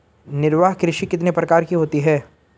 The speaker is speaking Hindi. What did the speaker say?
निर्वाह कृषि कितने प्रकार की होती हैं?